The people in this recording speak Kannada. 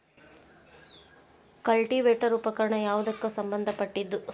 ಕಲ್ಟಿವೇಟರ ಉಪಕರಣ ಯಾವದಕ್ಕ ಸಂಬಂಧ ಪಟ್ಟಿದ್ದು?